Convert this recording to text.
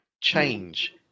change